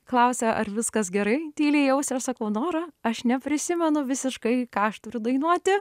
klausia ar viskas gerai tyliai į ausį aš sakau nora aš neprisimenu visiškai ką aš turiu dainuoti